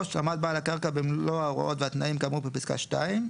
(3) עמד בעל הקרקע במלוא ההוראות והתנאים כאמור בפסקה (2),